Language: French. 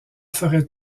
ferait